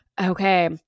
okay